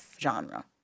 genre